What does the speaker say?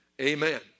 Amen